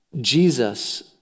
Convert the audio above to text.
Jesus